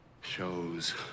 Show's